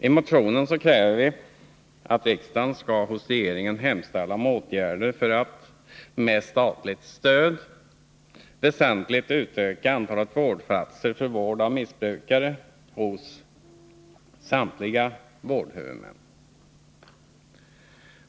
I motionen kräver vi att riksdagen skall hos regeringen hemställa om åtgärder för att, med statligt stöd, hos samtliga vårdhuvudmän väsentligt utöka antalet vårdplatser för vård av missbrukare.